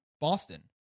Boston